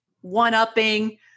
one-upping